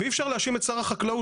ואי אפשר להאשים את שר החקלאות,